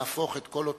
כאשר ראש ממשלת ישראל,